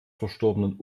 verstorbenen